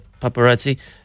paparazzi